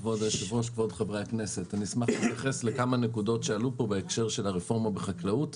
אני אשמח להתייחס לכמה נקודות שעלו פה בהקשר של הרפורמה בחקלאות.